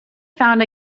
found